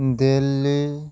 Delhi